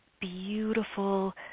beautiful